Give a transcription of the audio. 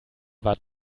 watt